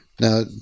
Now